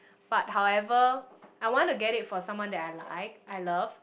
but however I wanna get it for someone that I like I love